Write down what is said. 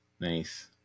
Nice